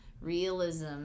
Realism